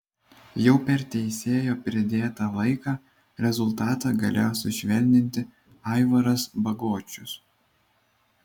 jau per teisėjo pridėtą laiką rezultatą galėjo sušvelninti aivaras bagočius